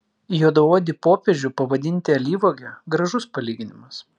juodaodį popiežių pavadinti alyvuoge gražus palyginimas